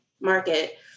market